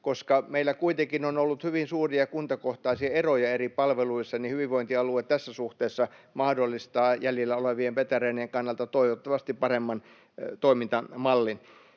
koska meillä kuitenkin on ollut hyvin suuria kuntakohtaisia eroja eri palveluissa ja hyvinvointialue tässä suhteessa mahdollistaa jäljellä olevien veteraanien kannalta toivottavasti paremman toimintamallin.